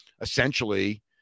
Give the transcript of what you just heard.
essentially